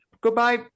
Goodbye